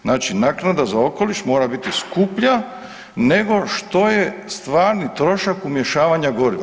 Znači, naknada za okoliš mora biti skuplja, nego što je stvarni trošak umješavanja goriva.